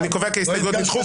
אני קובע כי ההסתייגויות נדחו,